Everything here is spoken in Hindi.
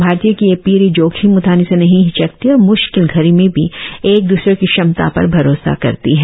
भारतीयों की यह पीढ़ी जोखिम उठाने से नहीं हिचकती और म्श्किल घड़ी में भी एक दूसरे की क्षमता पर भरोसा करती है